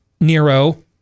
Nero